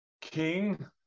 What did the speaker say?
king